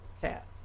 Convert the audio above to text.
cat